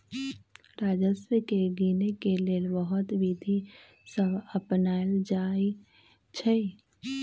राजस्व के गिनेके लेल बहुते विधि सभ अपनाएल जाइ छइ